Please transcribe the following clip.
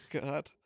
God